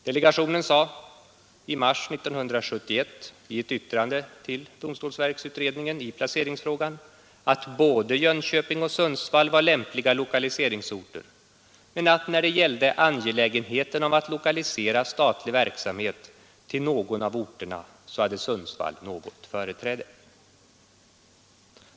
Delegationen sade i mars 1971 i ett yttrande till domstolsverksutredningen i placeringsfrågan, att både Jönköping och Sundsvall var lämpliga lokaliseringsorter. När det gällde angelägenheten av att lokalisera statlig verksamhet till någon av orterna hade dock Sundsvall något företräde.